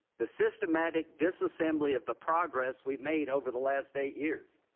the systematic disassembling of the progress we've made over the last eight years.